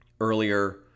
earlier